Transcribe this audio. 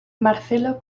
marcelo